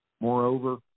Moreover